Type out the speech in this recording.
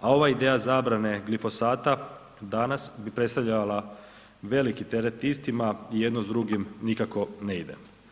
a ova ideja zabrane glifosata danas bi predstavljala veliki teret istima i jedno s drugim nikako ne ide.